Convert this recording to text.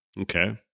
Okay